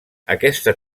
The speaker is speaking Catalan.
aquesta